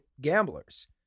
gamblers